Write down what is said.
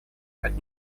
отнюдь